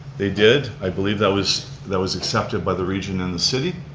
they did. i believe that was that was accepted by the region and the city.